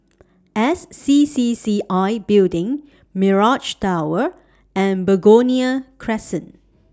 S C C C I Building Mirage Tower and Begonia Crescent